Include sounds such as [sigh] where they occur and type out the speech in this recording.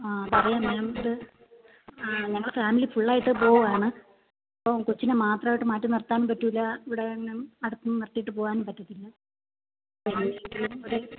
ആ പറയാം മേം ഇത് ആ ഞങ്ങൾ ഫാമിലി ഫുള്ളായിട്ട് പോവുവാണ് അപ്പം കൊച്ചിനെ മാത്രമായിട്ട് മാറ്റി നിർത്താനും പറ്റില്ല ഇവിടെ അങ്ങനെ അടുത്തൊന്നും നിർത്തീട്ട് പോവാനും പറ്റത്തില്ല [unintelligible]